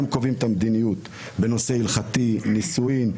הם קובעים את המדיניות בנושא ההלכתי: נישואים,